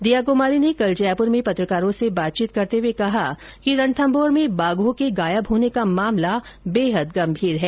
दीया कुमारी ने कल जयपूर में पत्रकारों से बातचीत करते हुए कहा कि रणथम्भौर में बाघों के गायब होने का मामला बेहद गंभीर है